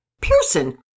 Pearson